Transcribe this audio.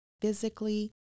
physically